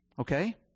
Okay